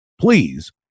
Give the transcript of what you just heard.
please